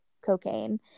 cocaine